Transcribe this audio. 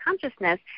consciousness